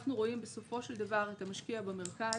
אנחנו רואים בסופו של דבר את המשקיע במרכז,